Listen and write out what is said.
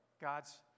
God's